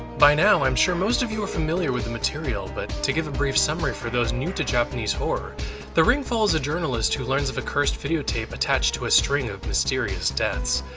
by now, i'm sure most of you are familiar with the material, material, but to give a brief summary for those new to japanese horror the ring follows a journalist who learns of a cursed videotape attached to a string of mysterious deaths.